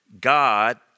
God